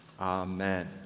Amen